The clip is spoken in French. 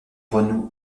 renoue